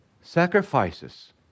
Sacrifices